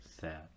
Sad